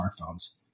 smartphones